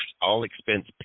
all-expense